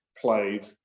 played